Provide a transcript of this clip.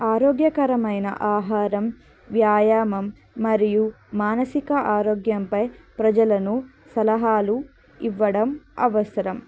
ఆరోగ్యకరమైన ఆహారం వ్యాయామం మరియు మానసిక ఆరోగ్యంపై ప్రజలను సలహాలు ఇవ్వడం అవసరం